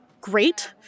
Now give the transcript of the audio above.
great